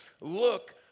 Look